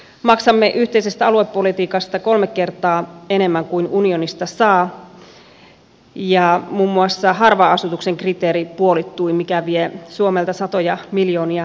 maksamme yhteisestä aluepolitiikasta kolme kertaa enemmän kuin mitä unionista saa ja muun muassa harvan asutuksen kriteeri puolittui mikä vie suomelta satoja miljoonia euroja